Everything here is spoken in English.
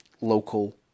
local